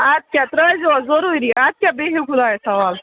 اَدٕ کیٛاہ ترٛٲے زیوس ضروٗری اَدٕ کیٛاہ بِہِو خۄدایس حوال